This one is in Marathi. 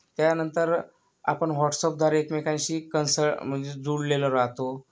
त्यानंतर आपण हॉट्सअपद्वारे एकमेकांशी कन्स म्हणजे जोडलेलो राहतो